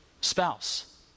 Spouse